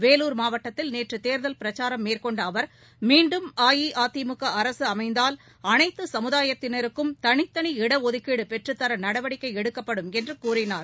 வேலூர் மாவட்டத்தில் நேற்று தேர்தல் பிரச்சாரம் மேற்கொண்ட அவர் மீன்டும் அஇஅதிமுக அரசு அமைந்தால் அனைத்து சமுதாயத்தினருக்கும் தனித்தனி இடஒதுக்கீடு பெற்றுத்தர நடவடிக்கை எடுக்கப்படும் என்று கூறினார்